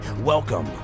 Welcome